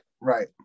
right